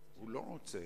הוא לא רוצה.